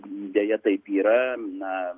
deja taip yra na